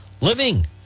living